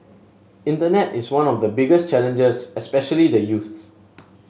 internet is one of the biggest challenges especially the youths